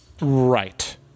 Right